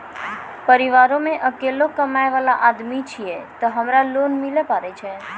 परिवारों मे अकेलो कमाई वाला आदमी छियै ते हमरा लोन मिले पारे छियै?